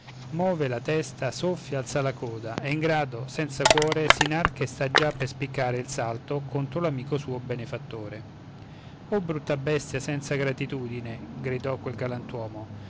move la testa soffia alza la coda e ingrato senza cuore s'inarca e già sta per spiccare il salto contro l'amico suo benefattore o brutta bestia senza gratitudine gridò quel galantuomo